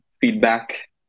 feedback